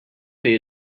pay